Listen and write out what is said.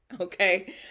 Okay